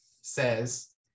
says